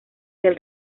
del